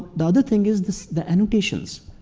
the other thing is the so the annotations.